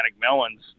melons